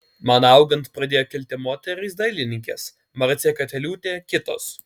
man augant pradėjo kilti moterys dailininkės marcė katiliūtė kitos